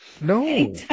No